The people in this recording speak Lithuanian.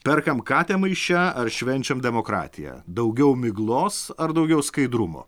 perkam katę maiše ar švenčiam demokratiją daugiau miglos ar daugiau skaidrumo